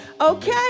okay